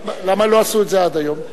למה לא עשו את זה עד היום?